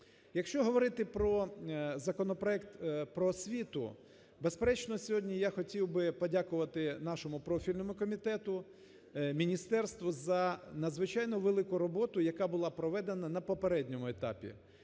Якщо говорити про законопроект про освіту. Безперечно, я сьогодні хотів би подякувати нашому профільному комітету, міністерству, за надзвичайно велику роботу, яка була проведена на попередньому етапі.